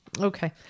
Okay